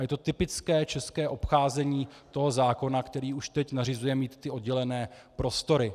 Je to typické české obcházení zákona, který už teď nařizuje mít oddělené prostory.